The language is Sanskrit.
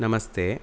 नमस्ते